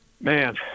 Man